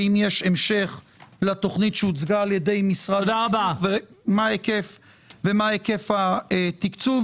האם יש המשך לתוכנית שהוצגה על ידי שר החינוך ומה ההיקף של התקצוב?